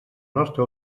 nostre